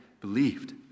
believed